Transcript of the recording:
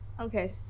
okay